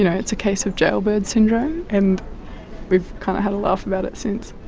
you know it's a case of jailbird syndrome. and we've kind of had a laugh about it since.